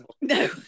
No